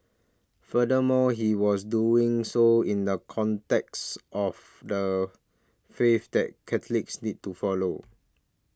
furthermore he was doing so in the context of the faith that Catholics need to follow